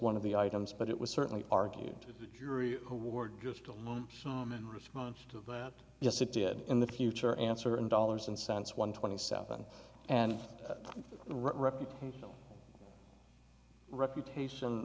one of the items but it was certainly argued jury award just to show in response to that yes it did in the future answer in dollars and cents one twenty seven and reputation reputation